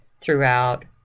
throughout